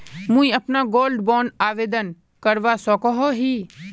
मुई अपना gold bond आवेदन करवा सकोहो ही?